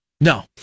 No